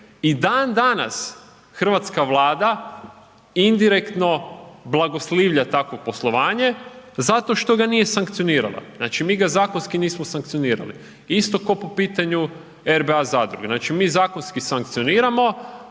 I dan danas hrvatska Vlada indirektno blagoslivlja takvo poslovanje zato što ga nije sankcionirala. Znači, mi ga zakonski nismo sankcionirali, isto ko po pitanju RBA zadruge, znači mi zakonski sankcioniramo,